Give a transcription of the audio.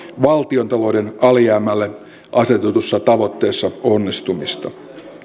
valtiontalouden alijäämälle asetetussa tavoitteessa onnistumista